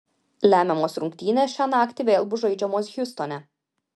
lemiamos rungtynės šią naktį vėl bus žaidžiamos hjustone